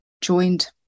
joined